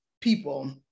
people